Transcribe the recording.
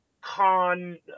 con